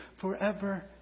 forever